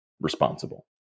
responsible